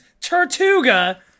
Tortuga